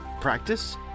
Practice